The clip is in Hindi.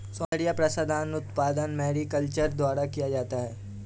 सौन्दर्य प्रसाधन का उत्पादन मैरीकल्चर द्वारा किया जाता है